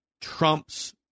trumps